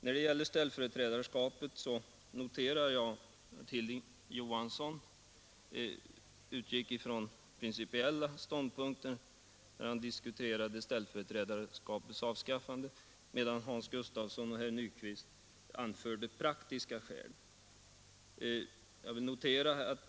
När det gäller ställföreträdarskapets avskaffande noterade jag att Hilding Johansson utgick ifrån en principiell ståndpunkt, medan herr Gustafsson i Ronneby och herr Nyquist anförde praktiska skäl.